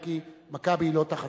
אם כי "מכבי" לא בסמכותו,